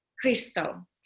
crystal